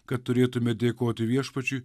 kad turėtume dėkoti viešpačiui